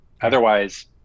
Otherwise